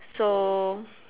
so